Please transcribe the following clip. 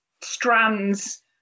strands